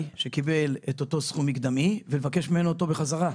שקיבל אותו סכום מקדמי ולבקש אותו ממנו בחזרה.